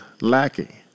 lacking